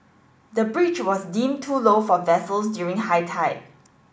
the bridge was deemed too low for vessels during high tide